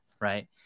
right